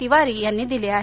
तिवारी यांनी दिले आहेत